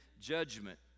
judgment